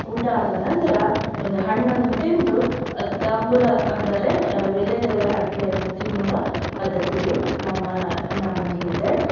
ಊಟ ಆದ ನಂತರ ಒಂದು ಹಣ್ಣನ್ನು ತಿಂದು ಅದು ತಾಂಬೂಲ ಅಂದರೆ ವೀಳ್ಯದೆಲೆ ಅಡಿಕೆಯನ್ನು ತಿನ್ನುವ ಪದ್ದತಿಯು ನಮ್ಮ ನಮ್ಮಲ್ಲಿ ಇದೆ